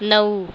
नऊ